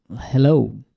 hello